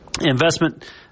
investment